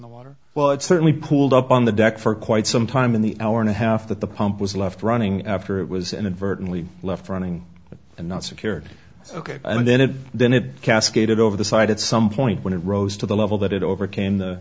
the water well it certainly pulled up on the deck for quite some time in the hour and a half that the pump was left running after it was inadvertently left running and not secured ok and then it then it cascaded over the side at some point when it rose to the level that it overcame the